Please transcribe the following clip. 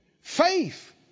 Faith